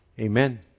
Amen